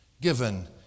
given